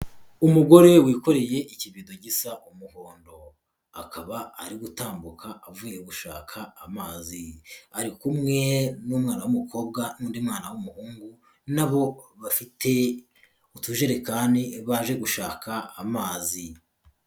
Umugore wikoreye ikibido gisa umuhondo, akaba ari gutambuka avuye gushaka amazi, ari kumwe n'umwana w'umukobwa n'undi mwana w'umuhungu nabo bafite utujerekani baje gushaka amazi.